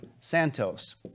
santos